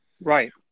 right